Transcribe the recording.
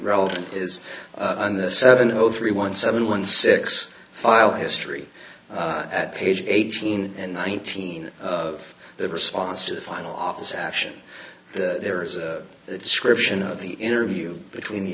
relevant is in the seven zero three one seven one six file history at page eighteen and nineteen of the response to the final office action there is a description of the interview between the